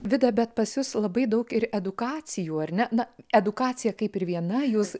vida bet pas jus labai daug ir edukacijų ar ne na edukacija kaip ir viena jūs